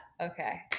Okay